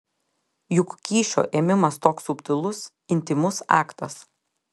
juk kyšio ėmimas toks subtilus intymus aktas